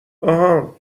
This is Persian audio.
آهان